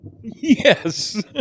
Yes